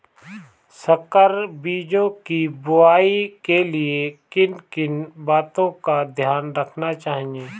संकर बीजों की बुआई के लिए किन किन बातों का ध्यान रखना चाहिए?